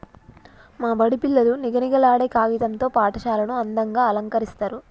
మా బడి పిల్లలు నిగనిగలాడే కాగితం తో పాఠశాలను అందంగ అలంకరిస్తరు